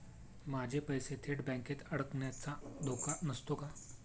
माझे पैसे थेट बँकेत अडकण्याचा धोका नसतो का?